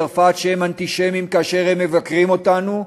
צרפת שהם אנטישמים כשהם מבקרים אותנו,